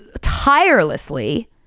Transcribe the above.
tirelessly